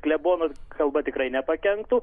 klebono kalba tikrai nepakenktų